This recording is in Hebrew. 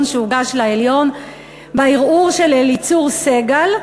שהוגש לעליון בערעור של אליצור סגל.